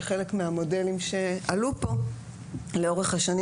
שחלק מהמודלים שעלו פה לאורך השנים,